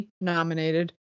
nominated